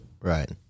Right